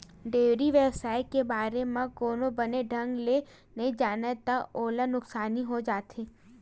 dairy बेवसाय के बारे म कोनो बने ढंग ले नइ जानय त ओला नुकसानी होइ जाथे